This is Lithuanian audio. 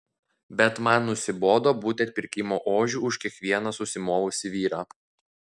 bet man nusibodo būti atpirkimo ožiu už kiekvieną susimovusį vyrą